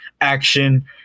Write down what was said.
action